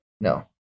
No